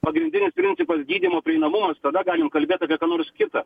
pagrindinis principas gydymo prieinamumas tada galim kalbėt apie ką nors kita